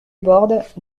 bordes